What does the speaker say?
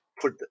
put